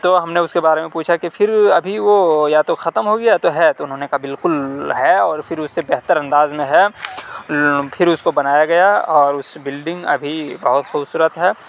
تو ہم نے اس کے بارے میں پوچھا کہ پھر ابھی وہ یا تو ختم ہو گیا یا تو ہے تو انہوں نے کہا بالکل ہے اور پھر اس سے بہتر انداز میں ہے پھر اس کو بنایا گیا اور اس بلڈنگ ابھی بہت خوبصورت ہے